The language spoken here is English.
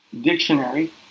dictionary